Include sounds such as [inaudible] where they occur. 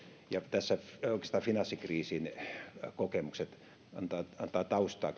ja tässä oikeastaan finanssikriisin kokemukset antavat taustaa [unintelligible]